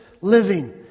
living